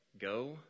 go